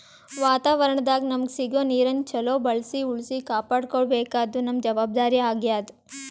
ವಾತಾವರಣದಾಗ್ ನಮಗ್ ಸಿಗೋ ನೀರನ್ನ ಚೊಲೋ ಬಳ್ಸಿ ಉಳ್ಸಿ ಕಾಪಾಡ್ಕೋಬೇಕಾದ್ದು ನಮ್ಮ್ ಜವಾಬ್ದಾರಿ ಆಗ್ಯಾದ್